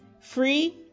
free